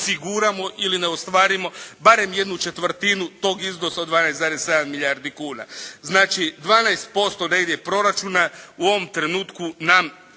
osiguramo ili ne ostvarimo barem jednu četvrtinu tog iznosa od 12,7 milijardi kuna. Znači 12% da ide proračuna u ovom trenutku nam